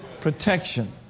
Protection